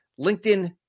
LinkedIn